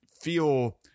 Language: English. feel